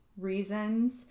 reasons